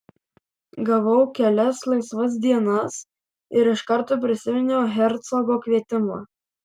gavau kelias laisvas dienas ir iš karto prisiminiau hercogo kvietimą